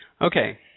Okay